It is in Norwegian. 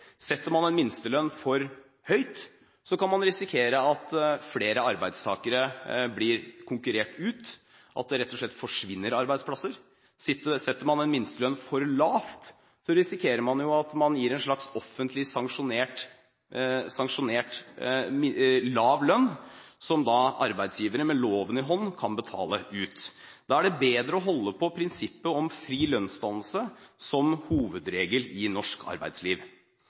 Setter man en minstelønn for høyt, kan man risikere at flere arbeidstakere blir konkurrert ut, og at det rett og slett forsvinner arbeidsplasser. Setter man en minstelønn for lavt, risikerer man at man gir en slags offentlig sanksjonert lav lønn, som arbeidsgivere med loven i hånd kan betale ut. Da er det bedre å holde på prinsippet om fri lønnsdannelse som hovedregel i norsk arbeidsliv.